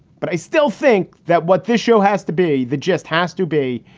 but i still think that what this show has to be, the gist has to be,